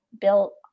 built